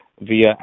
via